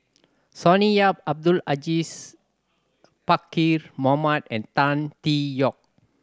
Sonny Yap Abdul Aziz Pakkeer Mohamed and Tan Tee Yoke